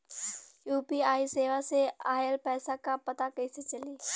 UPI सेवा से ऑयल पैसा क पता कइसे चली?